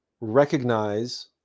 recognize